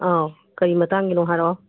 ꯑꯧ ꯀꯔꯤ ꯃꯇꯥꯡꯒꯤꯅꯣ ꯍꯥꯏꯔꯛꯑꯣ